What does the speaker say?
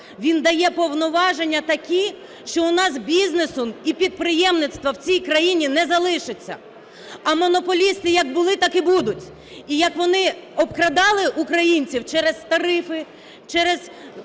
він дає повноваження такі, що у нас бізнесу і підприємництва в цій країні не залишиться. А монополісти як були, так і будуть. І як вони обкрадали українців через тарифи, через